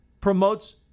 promotes